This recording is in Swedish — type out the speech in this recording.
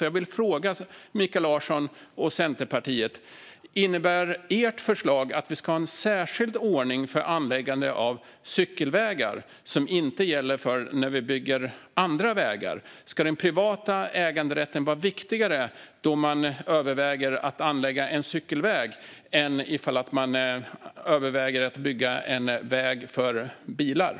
Jag vill därför fråga Mikael Larsson och Centerpartiet om ert förslag innebär att vi ska ha en särskild ordning för anläggande av cykelvägar som inte gäller för anläggande av andra vägar. Ska den privata äganderätten vara viktigare då man överväger att anlägga en cykelväg än om man överväger att anlägga en bilväg?